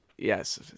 Yes